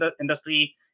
industry